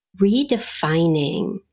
redefining